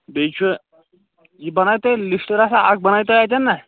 بیٚیہِ چھُ یہِ بَناوِ تیٚلہِ لِسٹ رَژھا اَکھ بَنٲیِو تُہۍ اَتٮ۪ن نہ